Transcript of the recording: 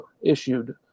issued